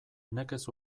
nekez